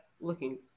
looking